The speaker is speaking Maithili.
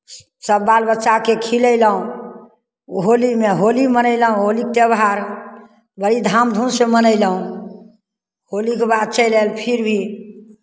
सभ बाल बच्चाकेँ खिलयलहुँ होलीमे होली मनयलहुँ होलीके त्योहार बड़ी धामधूमसँ मनयलहुँ होलीके बाद चलि आयल फिर भी